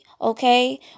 okay